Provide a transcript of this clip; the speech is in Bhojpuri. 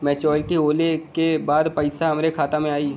मैच्योरिटी होले के बाद पैसा हमरे खाता में आई?